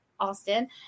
Austin